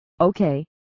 Okay